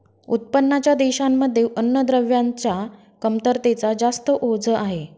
उत्पन्नाच्या देशांमध्ये अन्नद्रव्यांच्या कमतरतेच जास्त ओझ आहे